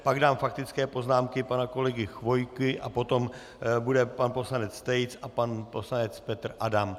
Pak dám faktické poznámky pana kolegy Chvojky a potom bude pan poslanec Tejc a pan poslanec Petr Adam.